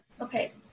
okay